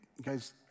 guys